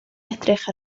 edrych